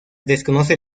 desconocen